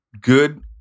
good